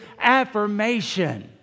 affirmation